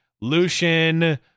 lucian